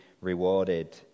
rewarded